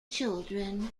children